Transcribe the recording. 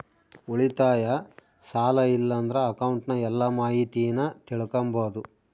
ಉಳಿತಾಯ, ಸಾಲ ಇಲ್ಲಂದ್ರ ಅಕೌಂಟ್ನ ಎಲ್ಲ ಮಾಹಿತೀನ ತಿಳಿಕಂಬಾದು